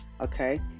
okay